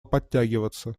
подтягиваться